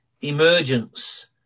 emergence